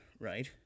right